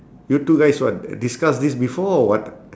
you two guys what discuss this before or what